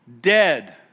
Dead